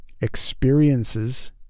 experiences